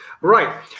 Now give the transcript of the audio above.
Right